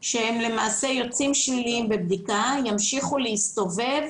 שיוצאים שליליים בבדיקה, ימשיכו להסתובב